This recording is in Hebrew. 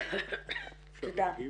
תודה.